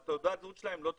תעודת הזהות שלהם לא תקפה.